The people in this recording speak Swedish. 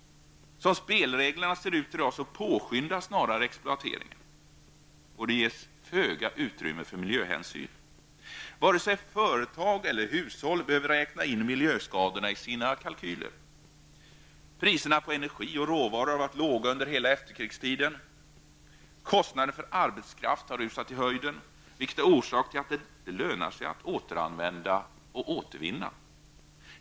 Som spelreglerna ser ut i dag påskyndas snarare exploateringen, och det ges föga utrymme för miljöhänsyn. Varken företag eller hushåll behöver räkna in miljöskadorna i sina kalkyler. Priserna på energi och råvaror har varit låga under hela efterkrigstiden. Kostnaden för arbetskraft har rusat i höjden, vilket är orsaken till att det inte lönar sig att återanvända och återvinna.